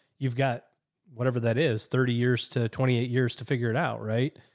you've got whatever that is thirty years to twenty eight years to figure it out. right.